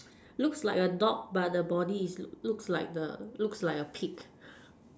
looks like a dog but the body is looks like the looks like a pig